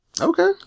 Okay